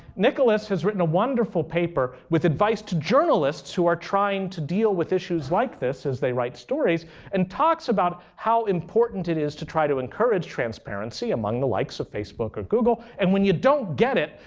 nicholas has written a wonderful paper with advice to journalists who are trying to deal with issues like this as they write stories and talks about how important it is to try to encourage transparency among the likes of facebook or google. and when you don't get it,